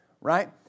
Right